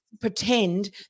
pretend